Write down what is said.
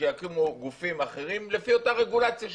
ושיקימו גופים אחרים לפי אותה רגולציה שתהייה.